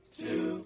two